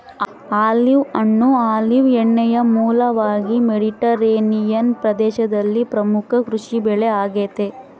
olive ಹಣ್ಣು olive ಎಣ್ಣೆಯ ಮೂಲವಾಗಿ ಮೆಡಿಟರೇನಿಯನ್ ಪ್ರದೇಶದಲ್ಲಿ ಪ್ರಮುಖ ಕೃಷಿಬೆಳೆ ಆಗೆತೆ